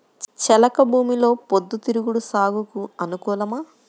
చెలక భూమిలో పొద్దు తిరుగుడు సాగుకు అనుకూలమా?